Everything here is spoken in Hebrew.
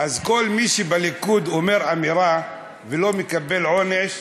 אז כל מי שבליכוד אומר אמירה ולא מקבל עונש,